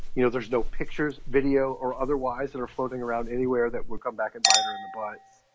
you know, there's no pictures, video or otherwise that are floating around anywhere that will come back and bite her in the butt.